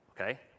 okay